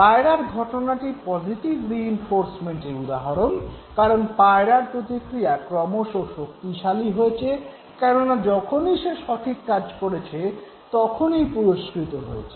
পায়রার ঘটনাটি পজিটিভ রিইনফোর্সমেন্টের উদাহরণ কারণ পায়রার প্রতিক্রিয়া ক্রমশঃ শক্তিশালী হয়েছে কেননা যখনই সে সঠিক কাজ করেছে তখনই পুরস্কৃত হয়েছে